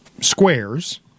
squares